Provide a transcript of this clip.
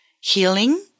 healing